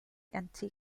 antique